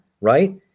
right